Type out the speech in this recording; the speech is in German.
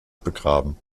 begraben